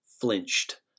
flinched